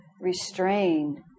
restrained